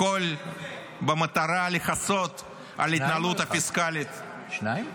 הכול במטרה לכסות על ההתנהלות הפיסקלית -- שניים או אחד?